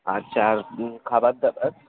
আচ্ছা আর খাবার দাবার